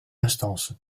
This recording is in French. instance